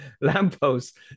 lampposts